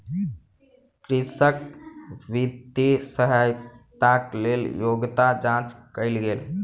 कृषक वित्तीय सहायताक लेल योग्यता जांच कयल गेल